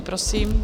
Prosím.